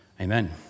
Amen